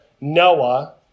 Noah